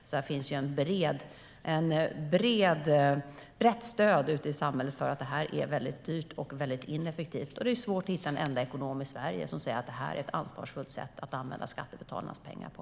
Det finns alltså ett brett stöd ute i samhället för att detta är väldigt dyrt och ineffektivt. Det är svårt att hitta en enda ekonom i Sverige som säger att det här är ett ansvarsfullt sätt att använda skattebetalarnas pengar på.